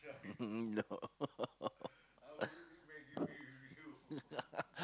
oh no